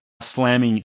slamming